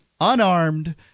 unarmed